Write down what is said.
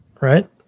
right